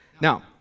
Now